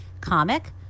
comic